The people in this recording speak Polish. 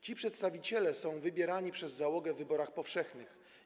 Ci przedstawiciele są wybierani przez załogę w wyborach powszechnych.